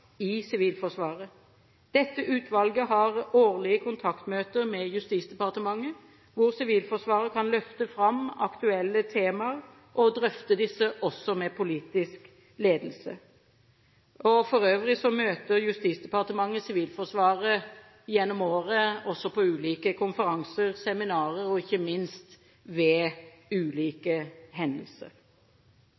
Sivilforsvaret. Dette utvalget har årlige kontaktmøter med Justisdepartementet, hvor Sivilforsvaret kan løfte fram aktuelle temaer og drøfte disse også med politisk ledelse. For øvrig møter Justisdepartementet Sivilforsvaret gjennom året også på ulike konferanser, seminarer og ikke minst ved